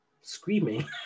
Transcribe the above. screaming